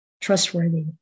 trustworthy